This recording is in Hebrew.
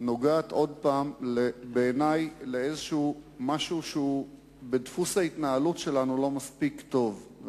בעיני נוגעת עוד פעם למשהו שהוא בדפוס ההתנהלות שלנו לא מספיק טוב,